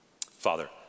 Father